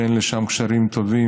שאין לי שם קשרים טובים,